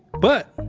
but,